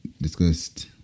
discussed